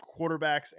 quarterbacks